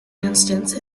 instance